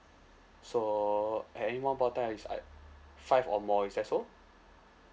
so at any one about time is at five or more is that so